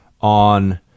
on